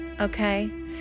okay